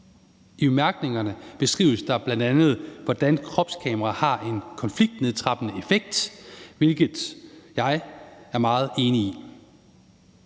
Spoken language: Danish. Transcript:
I bemærkningerne beskrives der bl.a., hvordan kropskameraer har en konfliktnedtrappende effekt, hvilket jeg er meget enig i.